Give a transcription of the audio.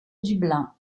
dublin